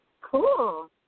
Cool